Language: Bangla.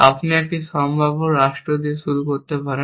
আপনি একটি সম্ভাব্য রাষ্ট্র দিয়ে শুরু করতে পারেন